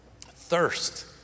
thirst